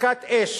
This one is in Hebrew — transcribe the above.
הפסקת אש,